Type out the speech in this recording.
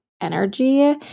energy